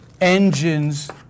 engines